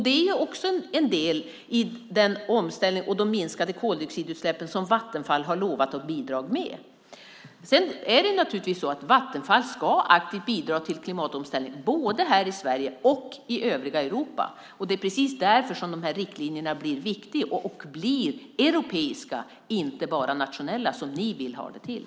Det är också en del i den omställning och de minskade koldioxidutsläpp som Vattenfall har lovat att bidra med. Sedan är det naturligtvis så att Vattenfall aktivt ska bidra till klimatomställningen, både här i Sverige och i övriga Europa. Det är precis därför som de här riktlinjerna blir viktiga och blir europeiska, inte bara nationella som ni vill ha det till.